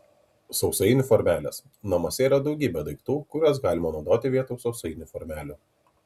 sausainių formelės namuose yra daugybė daiktų kuriuos galima naudoti vietoj sausainių formelių